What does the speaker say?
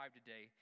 today